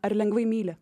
ar lengvai myli